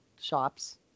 shops